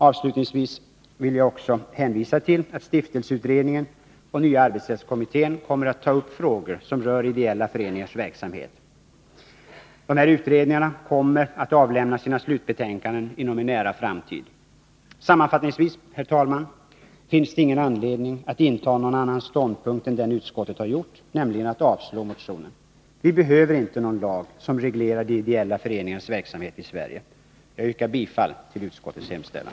Avslutningsvis vill jag också hänvisa till att stiftelseutredningen och nya arbetsrättskommittén kommer att ta upp frågor som rör ideella föreningars verksamhet. De här utredningarna kommer att avlämna sina slutbetänkanden inom en nära framtid. Sammanfattningsvis, herr talman, finns det ingen anledning att inta någon annan ståndpunkt än den utskottet har intagit, nämligen att avslå motionen. Vi behöver inte någon lag som reglerar de ideella föreningarnas verksamhet i Sverige. Jag yrkar bifall till utskottetts hemställan.